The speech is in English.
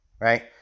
right